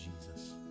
Jesus